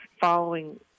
following